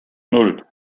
nan